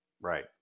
Right